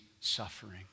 suffering